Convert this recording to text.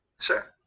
Sure